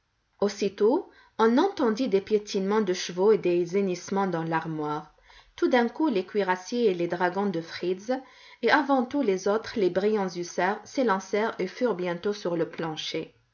aussitôt on entendit des piétinements de chevaux et des hennissements dans l'armoire tout d'un coup les cuirassiers et les dragons de fritz et avant tous les autres les brillants hussards s'élancèrent et furent bientôt sur le plancher